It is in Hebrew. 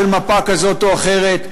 של מפה כזו או אחרת,